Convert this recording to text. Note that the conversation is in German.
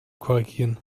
korrigieren